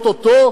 או-טו-טו,